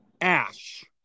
Ash